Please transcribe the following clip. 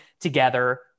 together